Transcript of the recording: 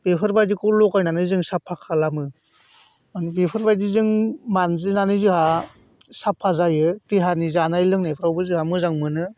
बेफोरबायदिखौ लगायनानै जों साफा खालामो बेफोरबायदिजों मानजिनानै जोंहा साफा जायो देहानि जानाय लोंनायफ्रावबो जोंहा मोजां मोनो